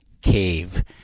cave